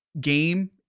game